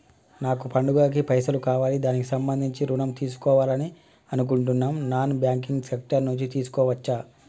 నాకు పండగ కి పైసలు కావాలి దానికి సంబంధించి ఋణం తీసుకోవాలని అనుకుంటున్నం నాన్ బ్యాంకింగ్ సెక్టార్ నుంచి తీసుకోవచ్చా?